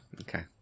okay